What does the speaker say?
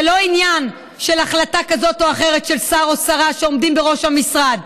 זה לא עניין של החלטה כזאת או אחרת של שר או שרה שעומדים בראש המשרד,